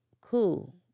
cool